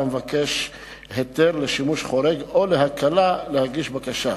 המבקש היתר לשימוש חורג או להקלה להגיש בקשה,